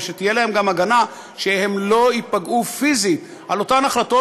ושתהיה להם גם הגנה ושהם לא ייפגעו פיזית על אותן החלטות,